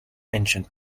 ancient